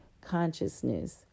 consciousness